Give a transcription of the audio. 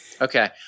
Okay